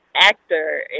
actor